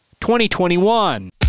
2021